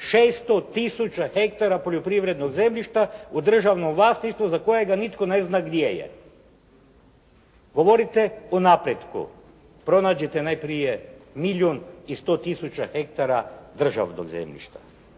600 tisuća hektara poljoprivrednog zemljišta u državnom vlasništvu za koju nitko ne zna gdje je. Govorite o napretku. Pronađite najprije milijun i 100 tisuća hektara državnog zemljišta.